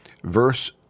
Verse